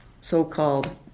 so-called